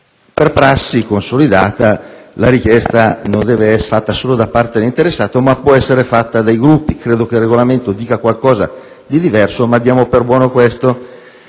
Per prassi consolidata, la richiesta non deve essere fatta solo da parte dell'interessato, ma può essere fatta dai Gruppi. Credo che il Regolamento dica qualcosa di diverso, ma diamo per buono questo.